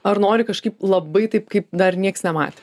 ar nori kažkaip labai taip kaip dar niekas nematė